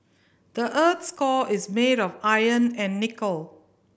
the earth's core is made of iron and nickel